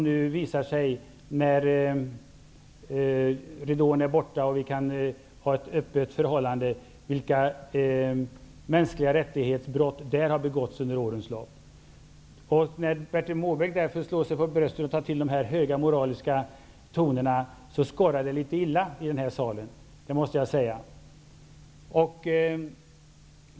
När ridån nu är borta och vi kan ha ett öppet förhållande visar det sig vilka brott mot de mänskliga rättigheterna som har begåtts där under årens lopp. När Bertil Måbrink då slår sig för bröstet och tar till de höga moraliska tonerna skorrar det litet illa i den här salen. Det måste jag säga.